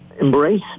embrace